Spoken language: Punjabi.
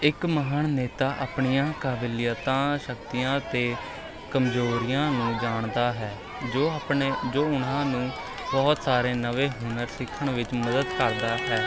ਇੱਕ ਮਹਾਨ ਨੇਤਾ ਆਪਣੀਆਂ ਕਾਬਲੀਅਤਾਂ ਸ਼ਕਤੀਆਂ ਅਤੇ ਕਮਜ਼ੋਰੀਆਂ ਨੂੰ ਜਾਣਦਾ ਹੈ ਜੋ ਆਪਣੇ ਜੋ ਉਹਨਾਂ ਨੂੰ ਬਹੁਤ ਸਾਰੇ ਨਵੇਂ ਹੁਨਰ ਸਿੱਖਣ ਵਿੱਚ ਮਦਦ ਕਰਦਾ ਹੈ